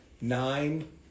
Nine